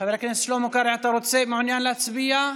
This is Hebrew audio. חבר הכנסת שלמה קרעי, אתה מעוניין להצביע?